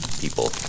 people